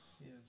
yes